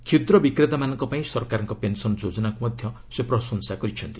କ୍ଷୁଦ୍ର ବିକ୍ରେତାମାନଙ୍କ ପାଇଁ ସରକାରଙ୍କ ପେନ୍ସନ ଯୋଜନାକୁ ମଧ୍ୟ ସେ ପ୍ରଶଂସା କରିଛନ୍ତି